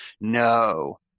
No